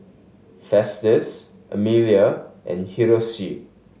Festus Amelia and Hiroshi